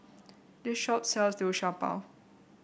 this shop sells Liu Sha Bao